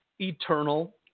Eternal